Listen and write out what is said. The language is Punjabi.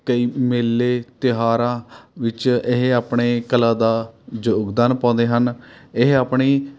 ਕਈ ਮੇਲੇ ਤਿਉਹਾਰਾਂ ਵਿੱਚ ਇਹ ਆਪਣੇ ਕਲਾ ਦਾ ਯੋਗਦਾਨ ਪਾਉਂਦੇ ਹਨ ਇਹ ਆਪਣੀ